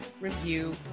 review